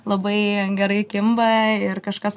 labai gerai kimba ir kažkas